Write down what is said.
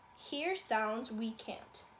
hear sounds we can't.